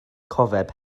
cofeb